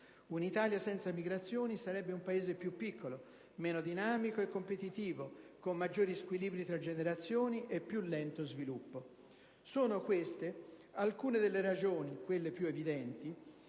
Un'Italia senza migrazioni sarebbe un Paese più piccolo, meno dinamico e competitivo, con maggiori squilibri tra generazioni e più lento sviluppo. Sono, queste, alcune delle ragioni (quelle più evidenti)